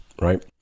right